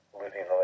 losing